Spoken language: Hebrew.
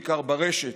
בעיקר ברשת,